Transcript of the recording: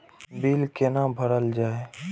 Bill कैना भरल जाय?